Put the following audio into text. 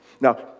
Now